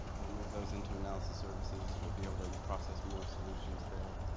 we'll move those into analysis services. we'll be able to process more solutions there,